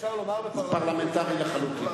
אפשר לומר, פרלמנטרי לחלוטין.